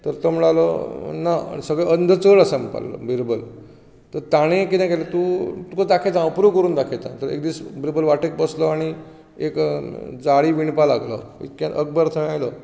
तर तो म्हणपाक लागलो ना सगळे अंध चड आसा म्हणपाक लागलो बिरबल तर ताणें कितें केलें तूं तुकां दाखयता हांव प्रूव करून दाखयता तर एक दीस बिरबल वाटेक बसलो आनी एक जाळी विणपाक लागलो इतल्यान अकबर थंय आयलो